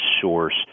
source